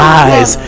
eyes